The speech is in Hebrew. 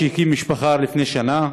האיל, שהקים משפחה לפני שנה,